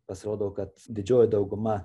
pasirodo kad didžioji dauguma